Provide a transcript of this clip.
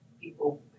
people